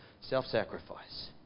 self-sacrifice